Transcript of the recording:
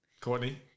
Courtney